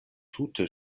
tute